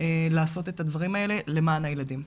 לעשות את הדברים האלה למען הילדים.